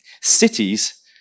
Cities